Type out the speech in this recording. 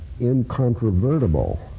incontrovertible